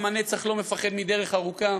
עם הנצח לא מפחד מדרך ארוכה.